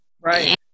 Right